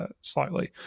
slightly